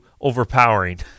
overpowering